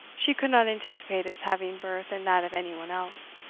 she could not anticipate its having birth in that of any one else.